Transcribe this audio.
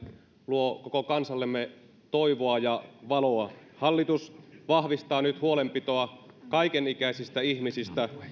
luo koko kansallemme toivoa ja valoa hallitus vahvistaa nyt huolenpitoa kaikenikäisistä ihmisistä